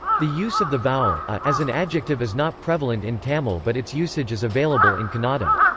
the use of the vowel a as an adjective is not prevalent in tamil but its usage is available in kannada.